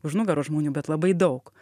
už nugaros žmonių bet labai daug